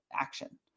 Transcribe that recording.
action